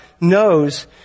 knows